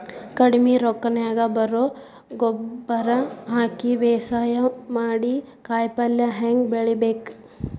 ಕಡಿಮಿ ರೊಕ್ಕನ್ಯಾಗ ಬರೇ ಗೊಬ್ಬರ ಹಾಕಿ ಬೇಸಾಯ ಮಾಡಿ, ಕಾಯಿಪಲ್ಯ ಹ್ಯಾಂಗ್ ಬೆಳಿಬೇಕ್?